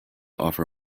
offer